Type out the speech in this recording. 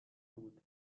بود